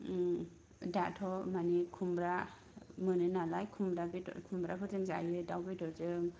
दाथ' मानि खुमब्रा मोनो नालाय खुमब्राफोरजों जायो दाउ बेदरजों